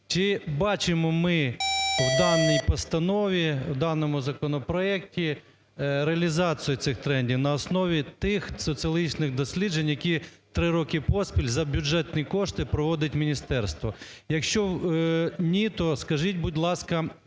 Чи бачимо ми в даній постанові, в даному законопроекті реалізацію цих трендів на основі тих соціологічних досліджень, які 3 роки поспіль за бюджетні кошти проводить міністерство? Якщо ні, то скажіть, будь ласка,